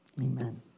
Amen